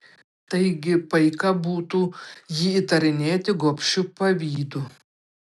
taigi paika būtų jį įtarinėti gobšiu pavydu